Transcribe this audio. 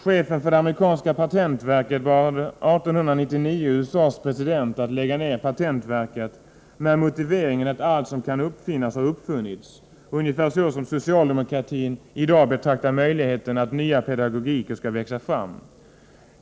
Chefen för det amerikanska patentverket bad 1899 USA:s president att lägga ned patentverket med motiveringen att allt som kan uppfinnas har uppfunnits, ungefär så som socialdemokratin i dag betraktar möjligheten att nya pedagogiker skall växa fram.